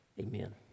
Amen